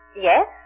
Yes